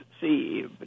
see